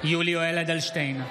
יולי יואל אדלשטיין,